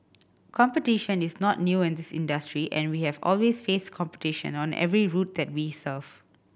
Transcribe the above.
competition is not new in this industry and we have always faced competition on every route that we serve